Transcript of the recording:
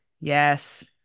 Yes